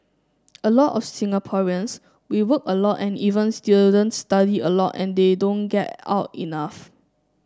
a lot of Singaporeans we work a lot and even students study a lot and they don't get out enough